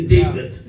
David